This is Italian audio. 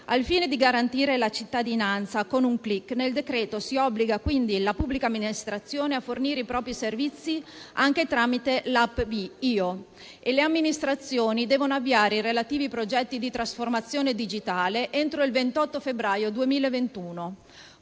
Al fine di garantire la cittadinanza con un clic*,* nel decreto si obbliga quindi la pubblica amministrazione a fornire i propri servizi anche tramite l'app IO e le amministrazioni devono avviare i relativi progetti di trasformazione digitale entro il 28 febbraio 2021.